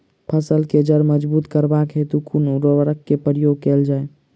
फसल केँ जड़ मजबूत करबाक हेतु कुन उर्वरक केँ प्रयोग कैल जाय?